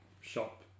shop